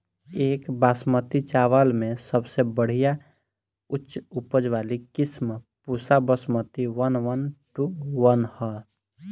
एक बासमती चावल में सबसे बढ़िया उच्च उपज वाली किस्म Pusa Basmati one one two one ह?